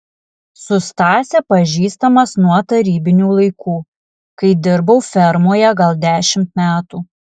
su stase pažįstamas nuo tarybinių laikų kai dirbau fermoje gal dešimt metų